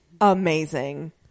amazing